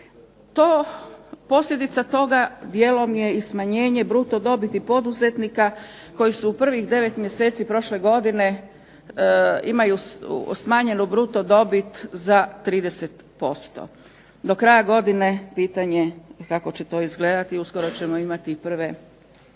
Posljedica toga je dijelom smanjenje bruto dobiti poduzetnika koji su u prvih 9 mjeseci prošle godine imaju smanjenu bruto dobit za 30%, do kraja godine pitanje kako će to izgledati, uskoro ćemo imati prve